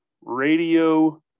radio